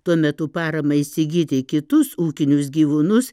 tuo metu parama įsigyti kitus ūkinius gyvūnus